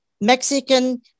Mexican